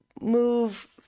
move